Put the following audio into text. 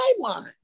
timeline